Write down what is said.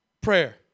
prayer